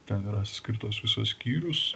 ten yra skirtas visas skyrius